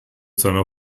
seiner